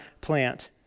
plant